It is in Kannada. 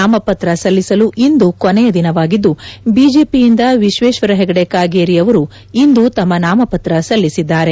ನಾಮಪತ್ರ ಸಲ್ಲಿಸಲು ಇಂದು ಕೊನೆಯ ದಿನವಾಗಿದ್ದು ಬಿಜೆಪಿಯಿಂದ ವಿಶ್ವೇಶ್ವರ ಹೆಗಡೆ ಕಾಗೇರಿ ಅವರು ಇಂದು ತಮ್ಮ ನಾಮಪತ್ರ ಸಲ್ಲಿಸಿದ್ದಾರೆ